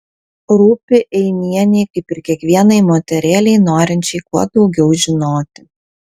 rūpi einienei kaip ir kiekvienai moterėlei norinčiai kuo daugiau žinoti